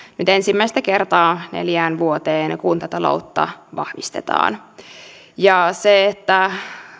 nyt ensimmäistä kertaa neljään vuoteen kuntataloutta vahvistetaan se että